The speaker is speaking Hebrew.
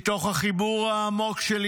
מתוך החיבור העמוק שלי